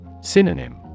Synonym